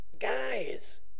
guys